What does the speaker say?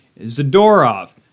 Zadorov